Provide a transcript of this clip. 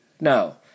no